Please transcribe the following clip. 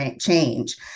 change